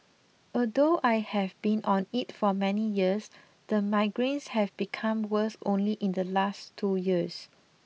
although I have been on it for many years the migraines have become worse only in the last two years